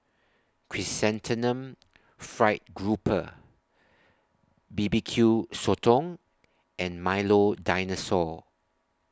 Chrysanthemum Fried Grouper B B Q Sotong and Milo Dinosaur